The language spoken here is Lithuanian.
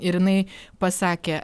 ir jinai pasakė